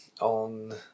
on